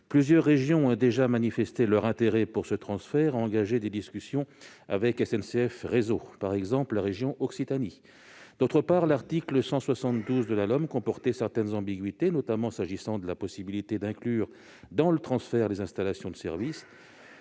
Plusieurs régions ont déjà manifesté leur intérêt pour ce transfert et engagé des discussions avec SNCF Réseau. C'est par exemple le cas de la région Occitanie. D'autre part, l'article 172 de la LOM comportait certaines ambiguïtés, notamment s'agissant de la possibilité d'inclure dans le transfert des installations de service.